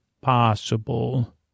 possible